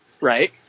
right